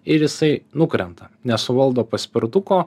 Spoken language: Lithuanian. ir jisai nukrenta nesuvaldo paspirtuko